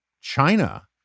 China